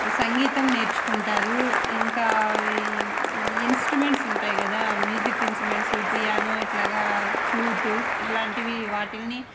సంగీతం నేర్చుకుంటారు ఇంకా ఈ ఇన్స్టుమెంట్స్ ఉంటాయి కదా మ్యూజిక్ ఇన్స్టుమెంట్సు పియానో ఇలాగా ఫ్లూటు ఇలాంటివి వాటిని